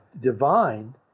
divine